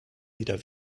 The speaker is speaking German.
wieder